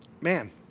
man